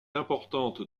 importante